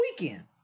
weekend